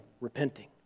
repenting